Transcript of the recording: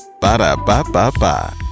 Ba-da-ba-ba-ba